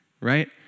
Right